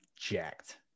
jacked